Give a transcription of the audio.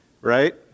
right